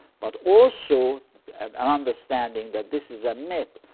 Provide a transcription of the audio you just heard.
but also an understanding that this is a myth.